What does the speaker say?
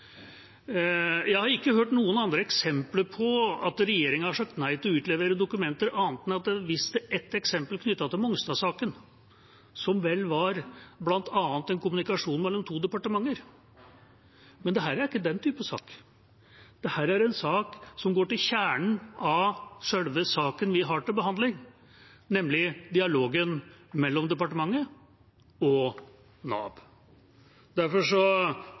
Jeg har ikke hørt noen andre eksempler på at en regjering har sagt nei til å utlevere dokumenter, annet enn at det er vist til ett eksempel, knyttet til Mongstad-saken, som vel var bl.a. en kommunikasjon mellom to departementer. Men dette er ikke den type sak; dette er en sak som går til kjernen av selve saken vi har til behandling, nemlig dialogen mellom departementet og Nav. Derfor